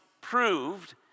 proved